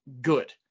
good